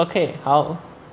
okay 好